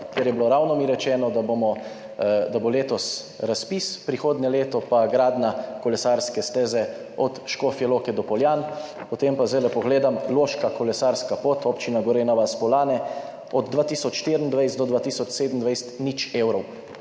mi je bilo rečeno, da bo letos razpis, prihodnje leto pa gradnja kolesarske steze od Škofje Loke do Poljan. Potem pa zdaj gledam, Loška kolesarska pot, občina Gorenja vas – Poljane, od 2024 do 2027 nič evrov